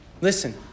Listen